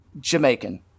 Jamaican